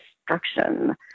destruction